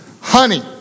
honey